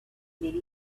many